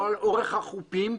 לא על אורך החופים.